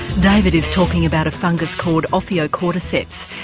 david is talking about a fungus called ophiocordyceps,